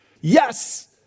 Yes